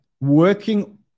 working